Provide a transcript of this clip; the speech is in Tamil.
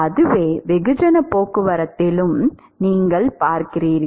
அதுவே வெகுஜனப் போக்குவரத்திலும் நீங்கள் பார்க்கிறீர்கள்